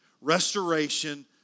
restoration